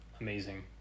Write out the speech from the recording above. amazing